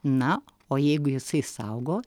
na o jeigu jisai saugo